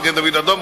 מגן-דוד-אדום,